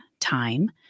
Time